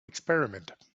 experiment